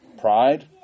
pride